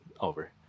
over